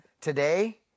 today